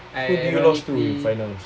who did you lost to in the finals